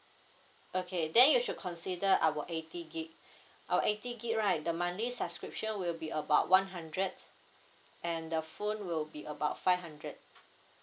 okay then you should consider our eighty gig our eighty gig right the monthly subscription will be about one hundred and the phone will be about five hundred